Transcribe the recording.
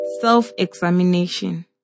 Self-examination